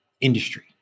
industry